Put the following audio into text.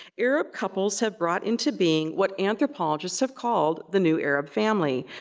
arab couples have brought into being what anthropologists have called the new arab family,